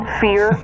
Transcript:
fear